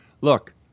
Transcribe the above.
Look